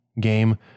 game